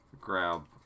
grab